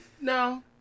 no